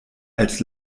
als